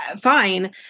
fine